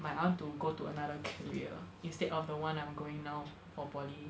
my I want to go to another career instead of the one I'm going now for poly~